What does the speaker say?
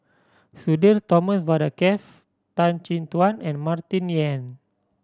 Sudhir Thomas Vadaketh Tan Chin Tuan and Martin Yan